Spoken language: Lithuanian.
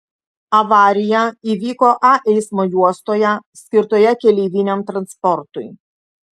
avarija įvyko a eismo juostoje skirtoje keleiviniam transportui